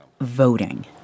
voting